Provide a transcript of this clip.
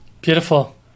Beautiful